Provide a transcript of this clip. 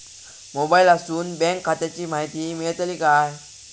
मोबाईलातसून बँक खात्याची माहिती मेळतली काय?